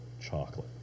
chocolate